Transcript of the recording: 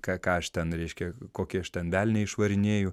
ką ką aš ten reiškia kokį aš ten velnią išvarinėju